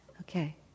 Okay